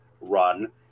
run